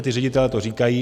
Ti ředitelé to říkají.